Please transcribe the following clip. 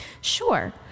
Sure